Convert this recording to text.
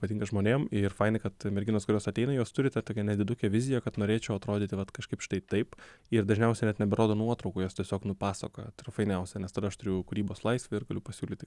patinka žmonėm ir fainai kad merginos kurios ateina jos turi tą tokią nedidukę viziją kad norėčiau atrodyti vat kažkaip štai taip ir dažniausia net neberodo nuotraukų jos tiesiog nupasakoja tai yra fainiausia nes tada aš turiu kūrybos laisvę ir galiu pasiūlyti